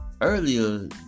earlier